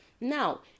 Now